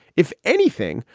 if anything,